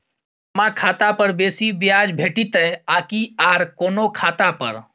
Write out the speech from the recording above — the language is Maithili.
जमा खाता पर बेसी ब्याज भेटितै आकि आर कोनो खाता पर?